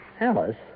alice